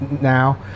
now